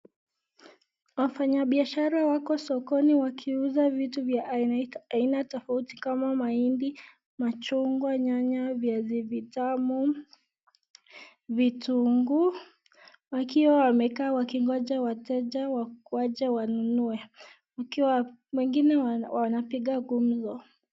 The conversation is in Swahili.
Wafanya biashara wako sokoni wakiuza vitu vya aina tofauti kama mahindi, machungwa, nyanya , viazi vitamu ,vitungu wakiwa wamekaa wakingoja wateja waje wanunue. Wengine wanapiga gumzo